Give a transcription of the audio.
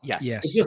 Yes